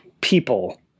people